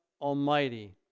Almighty